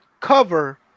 cover